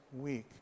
week